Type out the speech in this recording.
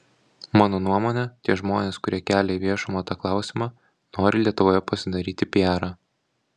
mano nuomone tie žmonės kurie kelia į viešumą tą klausimą nori lietuvoje pasidaryti piarą